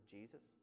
Jesus